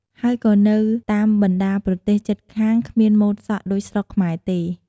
ហើយក៏នៅតាមបណ្តាប្រទេសជិតខាងគ្មានម៉ូតសក់ដូចស្រុកខ្មែរទេ។